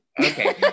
Okay